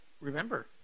remember